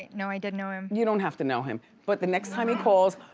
no, i didn't know him. you don't have to know him. but the next time he calls,